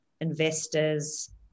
investors